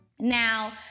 now